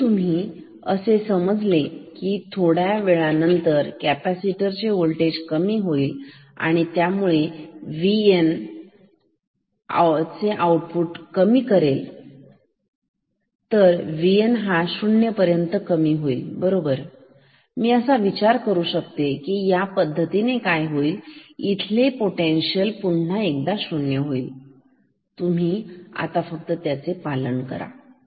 तर जरी तुम्ही असे समजले की थोड्या वेळा नंतर कॅपॅसिटर चे होल्टेज कमी होईल आणि त्यामुळे VN ओपॅम्प चे आउटपुट कमी करेल तर VN हा शून्य पर्यंत कमी होईल बरोबर मी असा विचार करू शकते की ह्या पद्धतीने काय होईल इथले पोटेन्शियल पुन्हा एकदा 0 होईल तुम्ही आता फक्त याचे पालन करा